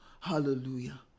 hallelujah